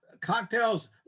cocktails